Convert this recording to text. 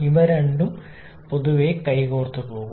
ഇവ രണ്ടും പൊതുവെ കൈകോർത്തുപോകും